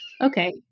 Okay